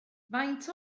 faint